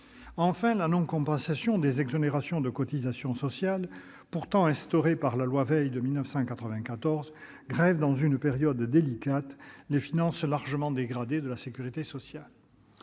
de la compensation des exonérations de cotisations sociales, obligation pourtant instaurée par la loi Veil de 1994, grève, dans une période délicate, les finances largement dégradées de la sécurité sociale.